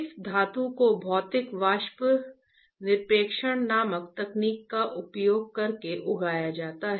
इस धातु को भौतिक वाष्प निक्षेपण नामक तकनीक का उपयोग करके उगाया जाता है